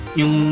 yung